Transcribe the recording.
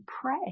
pray